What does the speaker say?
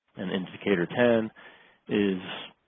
and indicator ten is